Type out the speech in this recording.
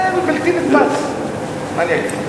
זה בלתי נתפס, מה אני אגיד.